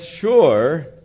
sure